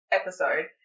episode